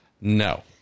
No